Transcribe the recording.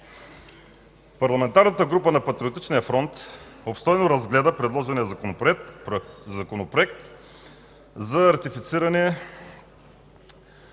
Парламентарната група на Патриотичния фронт обстойно разгледа предложения Законопроект за ратифициране